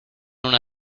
una